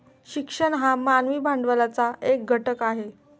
शिक्षण हा मानवी भांडवलाचा एक घटक आहे